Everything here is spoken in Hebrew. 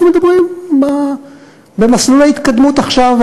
אנחנו מדברים במסלול ההתקדמות של עכשיו,